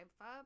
up